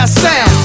sound